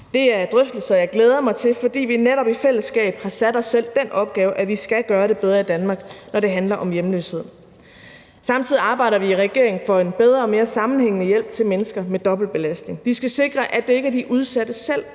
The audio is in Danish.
Det er drøftelser, jeg glæder mig til, fordi vi netop i fællesskab har sat os selv den opgave, at vi skal gøre det bedre i Danmark, når det handler om hjemløshed. Samtidig arbejder vi i regeringen for en bedre og mere sammenhængende hjælp til mennesker med dobbelt belastning. Vi skal sikre, at det ikke er de udsatte selv,